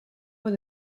mois